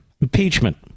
Impeachment